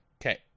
Okay